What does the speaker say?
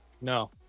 No